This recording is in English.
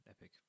epic